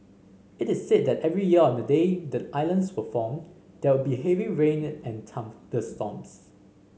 it is said that every year on the day the islands were formed there would be heavy rain and thunderstorms